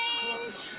Change